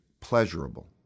pleasurable